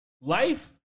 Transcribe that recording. Life